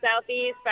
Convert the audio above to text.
southeast